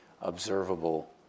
observable